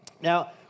Now